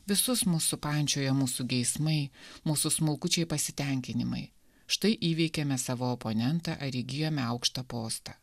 visus mus supančioja mūsų geismai mūsų smulkučiai pasitenkinimai štai įveikėme savo oponentą ar įgijome aukštą postą